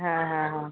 हां हां हां